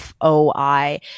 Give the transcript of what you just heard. FOI